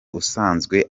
usanzwe